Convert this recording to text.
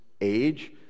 age